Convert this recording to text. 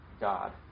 God